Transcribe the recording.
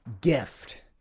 gift